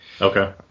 Okay